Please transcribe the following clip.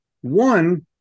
One